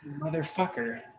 Motherfucker